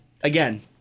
Again